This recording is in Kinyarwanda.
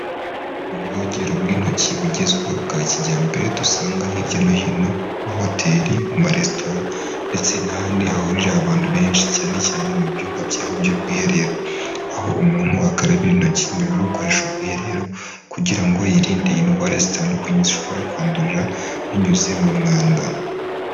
Ubwogero bw'intoki bugezweho bwa kijyambere dusanga hirya no hino mu mahoteli, mu maresitora ndetse n'ahandi hahurira abantu benshi cyane cyane mu byumba byaho by'ubwiherero, aho umuntu akaraba intoki nyuma yo gukoresha ubwiherero, kugira ngo yirinde indwara zitandukanye zishobora kwandurira binyuze mu mwanda.